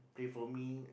pray for me